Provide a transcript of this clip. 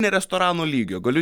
ne restorano lygio galiu